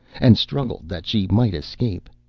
and struggled that she might escape.